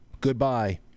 Goodbye